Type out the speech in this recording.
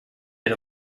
hit